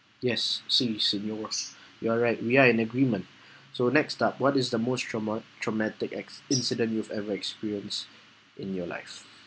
yes since it's in your work you're right we are in agreement so next up what is the most trauma~ traumatic ex~ incident you've ever experience in your life